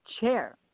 chair